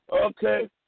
okay